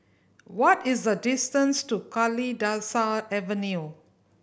what is the distance to Kalidasa Avenue